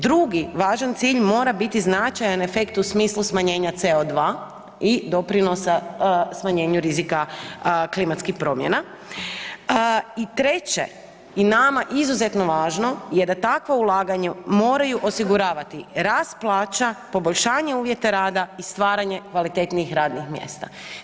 Drugi važan cilj mora biti značajan efekt u smislu smanjenja CO2 i doprinosa smanjenju rizika klimatskih promjena i treće i nama izuzetno važno je da takvo ulaganje moraju osiguravati rast plaća, poboljšanje uvjete rada i stvaranje kvalitetnijih radnih mjesta.